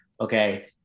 okay